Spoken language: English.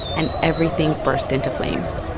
and everything burst into flames